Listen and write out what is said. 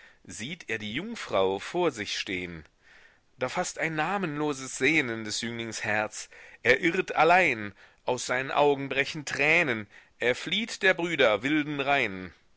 sieht er die jungfrau vor sich stehn da faßt ein namenloses sehnen des jünglings herz er irrt allein aus seinen augen brechen tränen er flieht der brüder wilden reihn